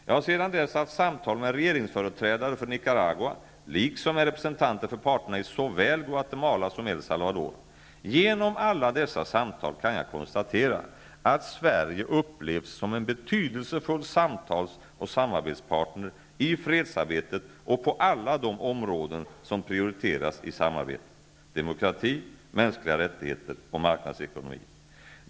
Jag har sedan dess haft samtal med regeringsföreträdare från Nicaragua liksom med representanter för parterna i såväl Guatemala som El Salvador. Genom alla dessa samtal kan jag konstatera att Sverige upplevs som en betydelsefull samtals och samarbetspartner i fredsarbetet och på alla de områden som prioriteras i samarbetet, nämligen demokrati, mänskliga rättigheter och marknadsekonomi.